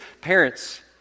parents